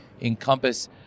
encompass